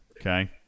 Okay